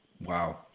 Wow